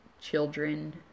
children